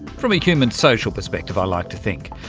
from a human social perspective i like to think,